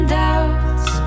doubts